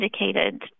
indicated